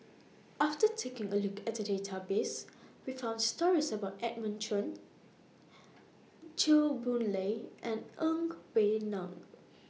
after taking A Look At The Database We found stories about Edmund Chen Chew Boon Lay and Ng Wei Neng